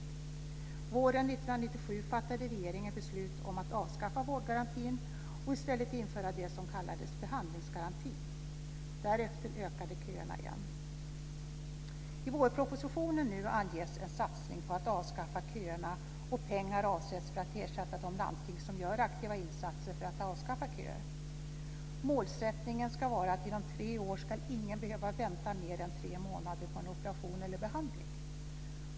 Våren 1997 fattade regeringen beslut om att avskaffa vårdgarantin och i stället införa det som kallades behandlingsgaranti. Därefter ökade köerna igen. I vårpropositionen anges nu en satsning på att avskaffa köerna, och pengar avsätts för att ersätta de landsting som gör aktiva insatser för att avskaffa köerna. Målsättningen ska vara att inom tre år ska ingen behöva vänta mer än tre månader på en operation eller på behandling.